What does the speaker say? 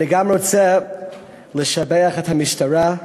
אני רוצה לשבח גם את המשטרה,